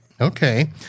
okay